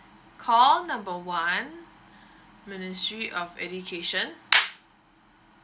call number one ministry of education